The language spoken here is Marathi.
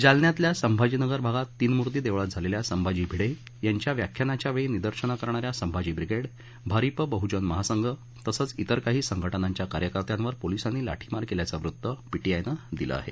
जालन्यातल्या संभाजीनगर भागात तीनमूर्ती देवळात झालेल्या संभाजी भिडे यांच्या व्याख्यानाच्यावेळी निदर्शनं करणाऱ्या संभाजी ब्रिगेड भारिप बहुजन महासंघ तसंच तिर काही संघटनांच्या कार्यकर्त्यावर पोलिसांनी लाठीमार केल्याचं वृत्त पीटीआयनं दिलं आहे